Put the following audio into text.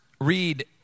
read